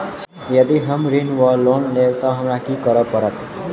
यदि हम ऋण वा लोन लेबै तऽ हमरा की करऽ पड़त?